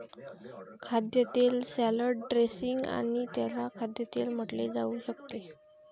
खाद्यतेल salad dressing आणि त्याला खाद्यतेल म्हटले जाऊ शकते